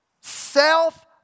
Self